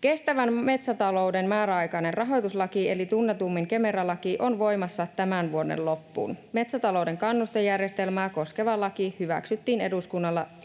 Kestävän metsätalouden määräaikainen rahoituslaki eli tunnetummin Kemera-laki on voimassa tämän vuoden loppuun. Metsätalouden kannustejärjestelmää koskeva laki hyväksyttiin